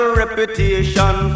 reputation